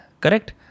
correct